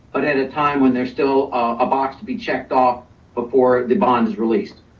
but at a time when there's still a box to be checked off before the bond is released.